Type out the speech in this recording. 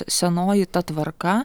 senoji ta tvarka